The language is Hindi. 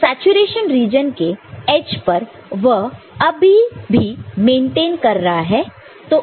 तो सैचुरेशन रीजन के एज पर वह अभी भी मेंटेन कर रहा है